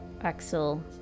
Axel